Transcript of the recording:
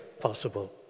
possible